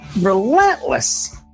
relentless